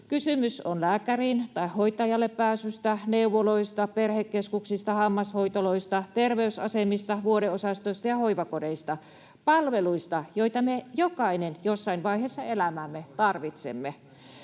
Kysymys on lääkäriin tai hoitajalle pääsystä, neuvoloista, perhekeskuksista, hammashoitoloista, terveysasemista, vuodeosastoista ja hoivakodeista — palveluista, joita me jokainen jossain vaiheessa elämäämme tarvitsemme.